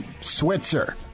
Switzer